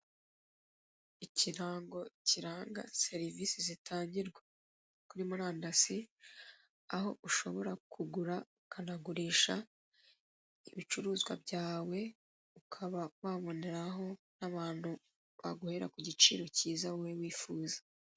Ikirango kiranga serivise zitangirwa kuri murandasi aho ushobora kugura ukanagurisha, ibicuruzwa byawe, ukaba waboneraho n'abantu baguhera ku giciro kiza wowe wifuza